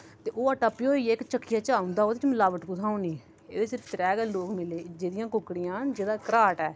ते ओह् आटा पयोईऐ इक चक्कियै च औंदा ओह्दे च मिलावट कुत्थां होनी एह्दे च सिर्फ त्रै गै लोक मिले जेह्दियां कुकडियां न जेह्दा घराट ऐ